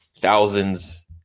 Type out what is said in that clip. thousands